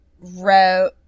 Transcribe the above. wrote